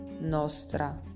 nostra